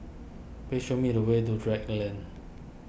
please show me the way to Drake Lane